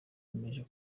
bemeje